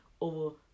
over